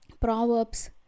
proverbs